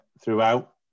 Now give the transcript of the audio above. throughout